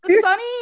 Sunny